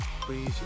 please